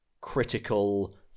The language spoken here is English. critical